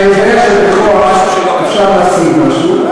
אתה יודע שבכוח אפשר להשיג משהו,